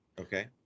Okay